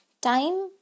time